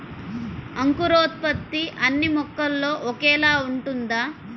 అంకురోత్పత్తి అన్నీ మొక్కల్లో ఒకేలా ఉంటుందా?